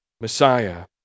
Messiah